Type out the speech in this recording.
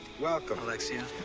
welcome. alexia.